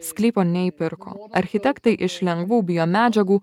sklypo neįpirko architektai iš lengvų bio medžiagų